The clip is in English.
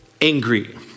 angry